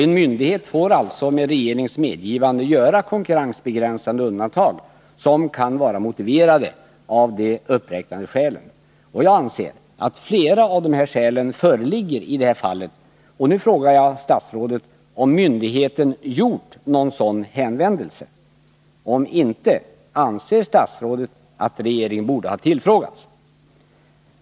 En myndighet får alltså med regeringens medgivande göra konkurrensbegränsande undantag som kan vara motiverade av de uppräknade skälen. Jag anser att flera av dessa skäl föreligger i detta fall. Och nu frågar jag statsrådet om myndigheten gjort någon sådan hänvändelse. Om inte, anser statsrådet att regeringen borde ha tillfrågats?